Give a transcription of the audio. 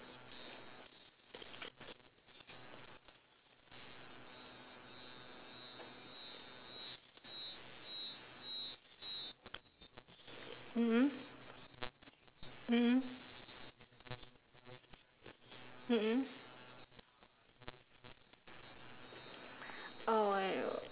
mm mm mm mm mm mm oh